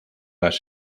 las